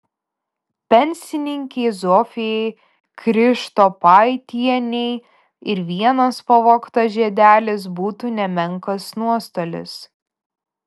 pensininkei zofijai krištopaitienei ir vienas pavogtas žiedelis būtų nemenkas nuostolis